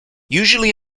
usually